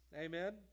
Amen